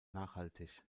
nachhaltig